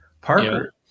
Parker